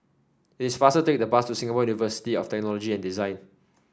it's faster to take the bus to Singapore University of Technology and Design